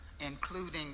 including